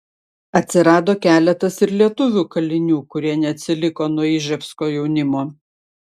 atsirado keletas ir lietuvių kalinių kurie neatsiliko nuo iževsko jaunimo